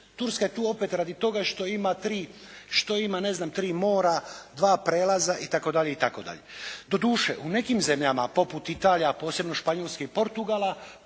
Turska je tu opet radi toga što ima tri, što ima ne znam tri mora, dva prelaza itd., itd. Doduše u nekim zemljama poput Italije, a posebno Španjolske i Portugala